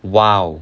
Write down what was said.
!wow!